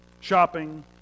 shopping